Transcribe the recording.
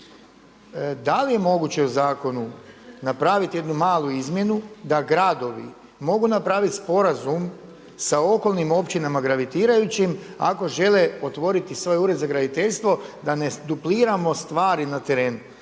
da li je moguće u zakonu napraviti jednu malu izmjenu da gradovi mogu napraviti sporazum sa okolnim općinama gravitirajućim ako žele otvoriti svoj ured za graditeljstvo da ne dupliramo stvari na terenu.